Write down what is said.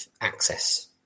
access